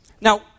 Now